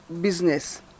business